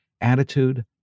attitude